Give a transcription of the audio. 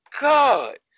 God